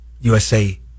USA